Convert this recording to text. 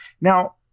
Now